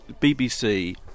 BBC